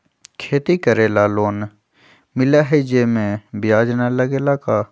खेती करे ला लोन मिलहई जे में ब्याज न लगेला का?